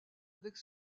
avec